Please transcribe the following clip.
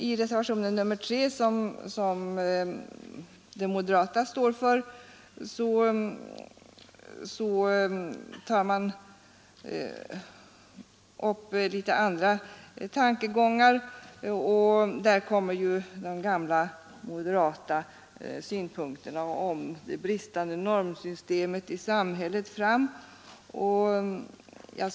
I reservationen 3, som de moderata står bakom, tar man upp litet andra tankegångar. Där kommer ju de gamla moderata synpunkterna om det bristande normsystemet i samhället fram.